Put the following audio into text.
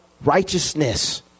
righteousness